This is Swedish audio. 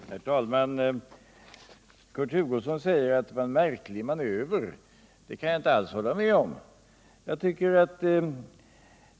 Herr talman! Kurt Hugosson säger att det var en märklig manöver. Det kan jag inte alls hålla med om.